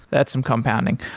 that's some compounding.